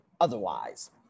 otherwise